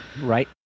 Right